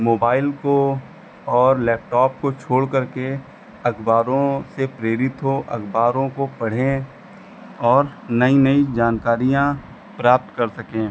mobile को और laptop को छोड़कर के अखबारों से प्रेरित हों अखबारों को पढ़ें और नई नई जानकारियाँ प्राप्त कर सकें